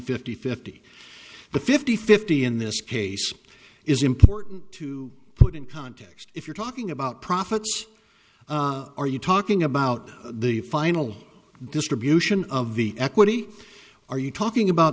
fifty fifty but fifty fifty in this case is important put in context if you're talking about profits are you talking about the final distribution of the equity are you talking about